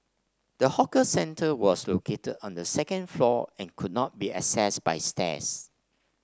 the hawker centre was located on the second floor and could only be accessed by stairs